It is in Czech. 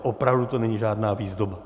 Opravdu to není žádná výzdoba.